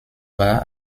war